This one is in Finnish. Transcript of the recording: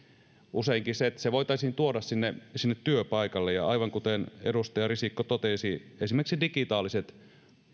useinkin se että se voitaisiin tuoda sinne sinne työpaikalle ja aivan kuten edustaja risikko totesi esimerkiksi digitaaliset